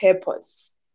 purpose